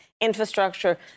infrastructure